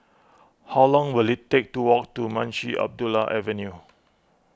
how long will it take to walk to Munshi Abdullah Avenue